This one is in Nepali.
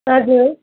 हजुर